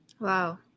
Wow